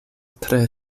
tre